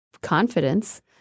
confidence